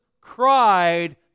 cried